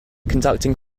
conducting